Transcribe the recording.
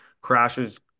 crashes